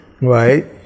Right